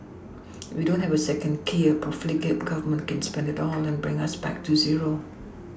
we don't have a second key a profligate Government can spend it all and bring us back to zero